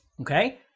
Okay